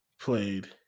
Played